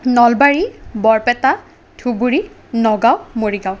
Nalbari Barpeta Dhubri Nagaon Morigaon